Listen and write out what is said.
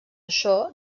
això